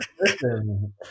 Listen